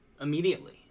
immediately